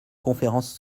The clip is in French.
conférence